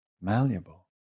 malleable